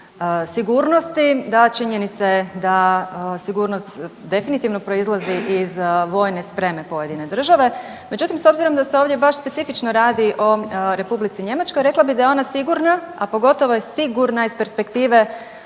Da, činjenica je da sigurnost definitivno proizlazi iz vojne spreme pojedine države, međutim, s obzirom da se ovdje baš specifično radi o R. Njemačkoj, rekla bih da je ona sigurna, a pogotovo je sigurna iz perspektive